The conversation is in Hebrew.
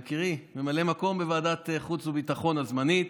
יקירי, ממלא מקום בוועדת חוץ וביטחון הזמנית,